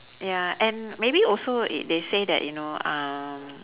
ya and maybe also i~ they say that you know um